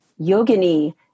yogini